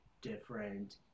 different